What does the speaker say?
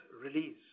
release